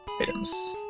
Items